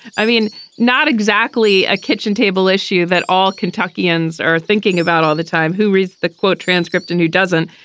i mean not exactly a kitchen table issue that all kentuckians are thinking about all the time who reads the quote transcript and who doesn't.